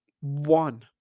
One